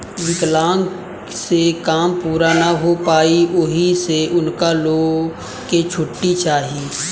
विकलांक से काम पूरा ना हो पाई ओहि से उनका लो के छुट्टी चाही